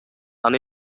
han